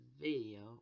video